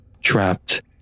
trapped